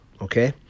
okay